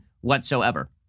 whatsoever